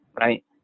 Right